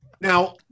now